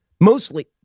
mostly